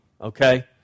okay